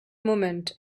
moment